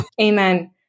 Amen